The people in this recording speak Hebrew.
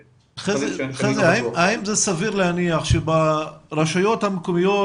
האם סביר להניח שברשויות המקומיות,